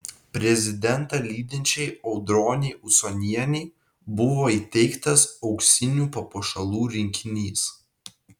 prezidentą lydinčiai audronei usonienei buvo įteiktas auksinių papuošalų rinkinys